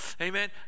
Amen